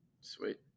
sweet